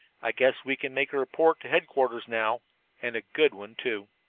i guess we can make a report to headquarters now and a good one, too.